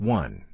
One